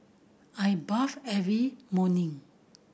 I bath every morning